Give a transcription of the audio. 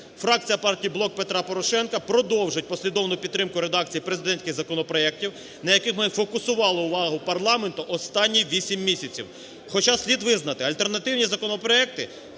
Фракція партії "Блок Петра Порошенка" продовжить послідовну підтримку редакції президентських законопроектів, на яких ми фокусували увагу парламенту останні 8 місяців. Хоча слід визнати: альтернативні законопроекти,